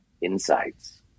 insights